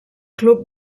club